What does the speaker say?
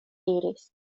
diris